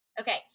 Okay